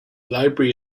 library